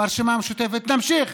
ברשימה המשותפת נמשיך